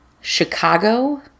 Chicago